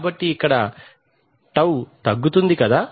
కాబట్టి ఇక్కడ ఇదే τ తగ్గుతుంది కదా